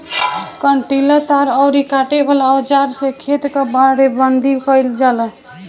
कंटीला तार अउरी काटे वाला औज़ार से खेत कअ बाड़ेबंदी कइल जाला